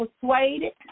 persuaded